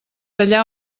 allà